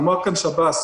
אמר כאן נציג השב"ס,